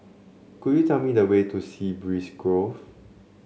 could you tell me the way to Sea Breeze Grove